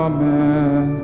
Amen